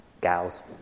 gals